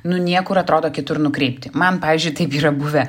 nu niekur atrodo kitur nukreipti man pavyzdžiui taip yra buvę